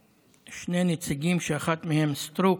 שני נציגים, שאחד מהם הוא סטרוק,